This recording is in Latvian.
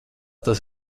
tas